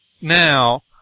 now